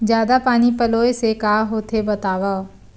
जादा पानी पलोय से का होथे बतावव?